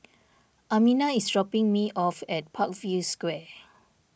Amina is dropping me off at Parkview Square